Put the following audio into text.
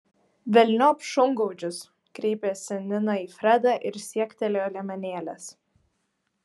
velniop šungaudžius kreipėsi nina į fredą ir siektelėjo liemenėlės